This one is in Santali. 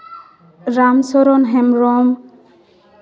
ᱨᱟᱢ ᱪᱚᱨᱚᱱ ᱦᱮᱢᱵᱨᱚᱢ